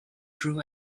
drew